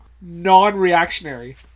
Non-reactionary